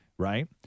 Right